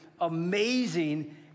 amazing